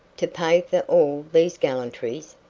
to pay all these gallantries,